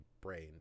brain